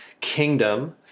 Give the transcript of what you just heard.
kingdom